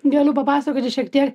galiu papasakoti šiek tiek